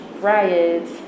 riots